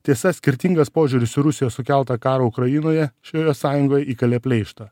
tiesa skirtingas požiūris į rusijos sukeltą karą ukrainoje šioje sąjungoj įkalė pleištą